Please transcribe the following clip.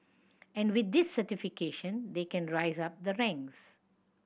and with this certification they can rise up the ranks